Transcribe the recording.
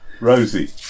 Rosie